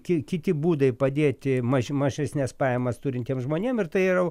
ki kiti būdai padėti maži mažesnes pajamas turintiem žmonėm ir tai yra